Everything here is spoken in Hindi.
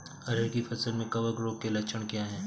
अरहर की फसल में कवक रोग के लक्षण क्या है?